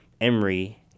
Emory